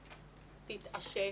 תתעשת,